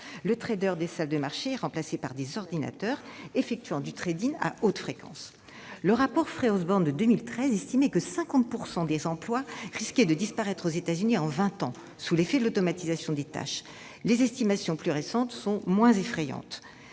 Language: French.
les des salles de marché sont remplacés par des ordinateurs effectuant du à haute fréquence. Le rapport Frey-Osborne de 2013 estimait que 50 % des emplois risquaient de disparaître aux États-Unis en vingt ans, sous l'effet de l'automatisation des tâches. Les estimations plus récentes sont moins effrayantes